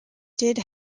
did